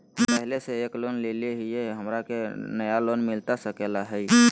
हमे पहले से एक लोन लेले हियई, हमरा के नया लोन मिलता सकले हई?